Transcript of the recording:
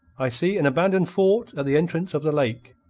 i see an abandoned fort at the entrance of the lake,